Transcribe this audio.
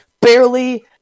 barely